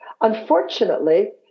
Unfortunately